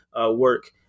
work